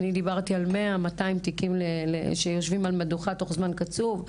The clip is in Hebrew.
אני דיברתי על 100-200 תיקים שיושבים על מדוכה בתוך זמן קצוב,